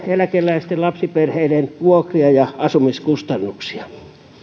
eläkeläisten lapsiperheiden vuokria ja asumiskustannuksia